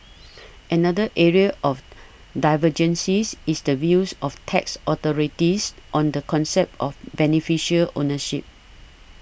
another area of divergences is the views of tax authorities on the concept of beneficial ownership